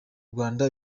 rwanda